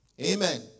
Amen